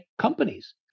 companies